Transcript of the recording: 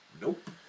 Nope